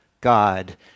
God